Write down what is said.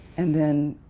and then,